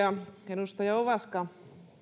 edustaja ovaska on